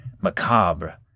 macabre